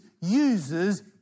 uses